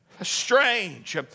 Strange